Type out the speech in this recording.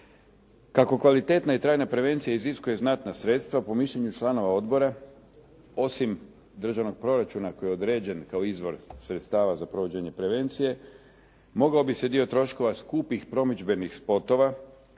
Kako kvalitetna i trajna prevencija iziskuje znatna sredstva po mišljenju članova odbora, osim državnog proračuna koji je određen kao izvor sredstava za provođenje prevencije, mogao bi se dio troškova skupih promidžbenih spotova